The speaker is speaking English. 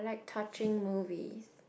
touching movies